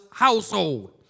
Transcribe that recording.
household